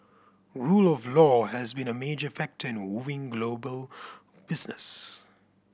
rule of law has been a major factor in wooing global business